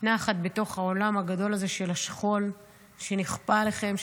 נחת בתוך העולם הגדול הזה של השכול שנכפה עליכם,